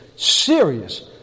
serious